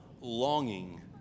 longing